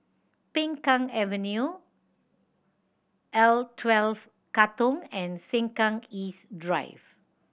Peng Kang Avenue L Twelve Katong and Sengkang East Drive